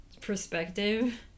perspective